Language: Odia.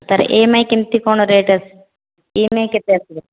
ତାର ଇ ଏମ୍ ଆଇ କେମିତି କ'ଣ ରେଟ୍ ଇ ଏମ୍ ଆଇ କେତେ ଆସିବ